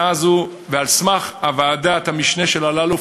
ועל סמך ועדת המשנה של ועדת אלאלוף,